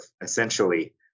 essentially